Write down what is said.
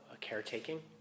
caretaking